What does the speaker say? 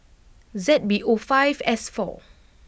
Z B O five S four